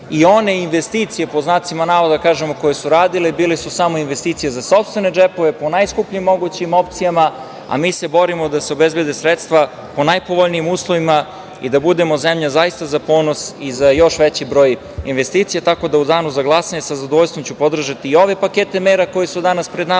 i one „investicije“ koje su radili bile su samo investicije za sopstvene džepove, po najskupljim mogućim opcijama, a mi se borimo da se obezbede sredstva po najpovoljnijim uslovima i da budemo zemlja zaista za ponos i za još veći broj investicija, tako da ću u Danu za glasanje sa zadovoljstvom podržati i ove pakete mera koje su danas pred nama,